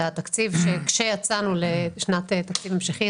זה התקציב שכאשר יצאנו לשנת תקציב המשכי,